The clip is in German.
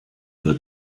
wird